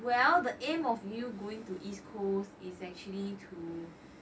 well the aim of you going to east coast is actually to